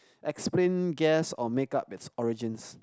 explain guess or make up it's origins